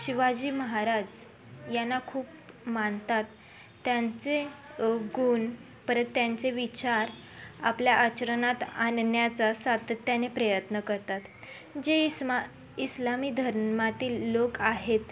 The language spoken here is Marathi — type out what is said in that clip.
शिवाजी महाराज यांना खूप मानतात त्यांचे गुण परत त्यांचे विचार आपल्या आचरणात आणण्याचा सातत्याने प्रयत्न करतात जे इस्मा इस्लामी धर्मातील लोक आहेत